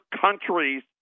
countries